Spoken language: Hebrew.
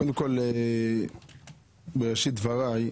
קודם כל, בראשית דבריי,